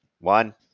One